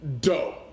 dope